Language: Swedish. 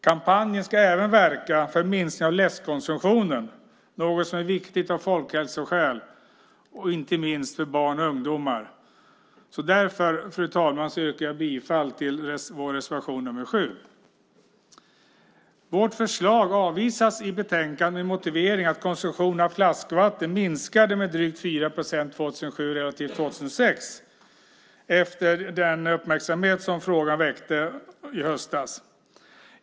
Kampanjen ska även verka för minskning av läskkonsumtionen. Det är något som är viktigt av folkhälsoskäl och inte minst för barn och ungdomar. Fru talman! Jag yrkar därför bifall till reservation 7. Vårt förslag avvisas i betänkandet med motiveringen att konsumtionen av flaskvatten minskade med drygt 4 procent 2007 efter den uppmärksamhet som frågan väckte i höstas.